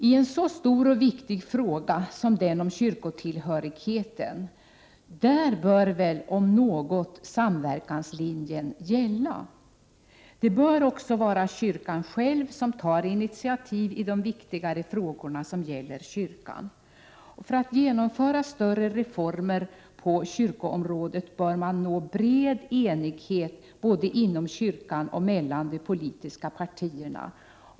I en så stor och viktig fråga som den om kyrkotillhörigheten bör väl om något samverkanslinjen gälla. Det bör också vara kyrkan själv som tar initiativ i de viktiga frågor som gäller kyrkan. För att genomföra större reformer på kyrkoområdet bör man nå bred enighet både inom kyrkan och mellan de politiska partierna.